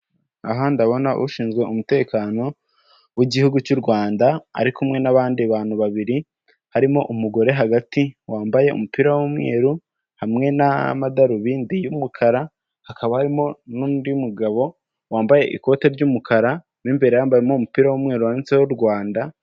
Aha ndabona ushinzwe umutekano w'igihugu cy'u Rwanda ari kumwe n'abandi bantu babiri, harimo umugore hagati wambaye umupira w'umweru hamwe n'amadarubindi y'umukara, hakaba harimo n'undi mugabo wambaye ikote ry'umukara mo imbere yambayemo umupira w'umweru wanditseho Rwanda.